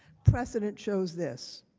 precedent shows this.